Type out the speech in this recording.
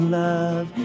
love